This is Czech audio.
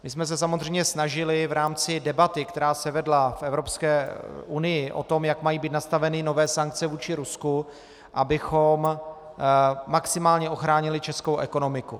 My jsme se samozřejmě snažili v rámci debaty, která se vedla v Evropské unii o tom, jak mají být nastaveny nové sankce vůči Rusku, abychom maximálně ochránili Českou ekonomiku.